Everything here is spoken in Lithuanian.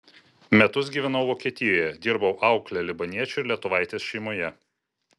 metus gyvenau vokietijoje dirbau aukle libaniečio ir lietuvaitės šeimoje